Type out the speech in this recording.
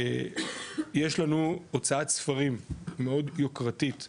יש לנו הוצאת ספרים מאוד יוקרתית,